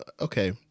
okay